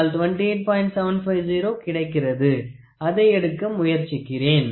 750 கிடைக்கிறது அதை எடுக்க முயற்சிக்கிறேன்